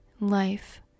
life